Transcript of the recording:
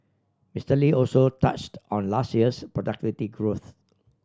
Mister Lee also touched on last year's productivity growth